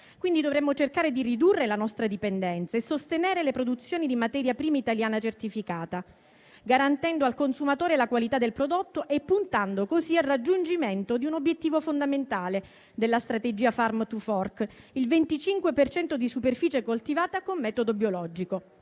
quindi cercare di ridurre la nostra dipendenza e sostenere le produzioni di materia prima italiana certificata, garantendo al consumatore la qualità del prodotto e puntando così al raggiungimento di un obiettivo fondamentale della strategia *farm to fork*: il 25 per cento di superficie coltivata con metodo biologico.